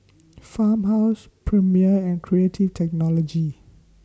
Farmhouse Premier and Creative Technology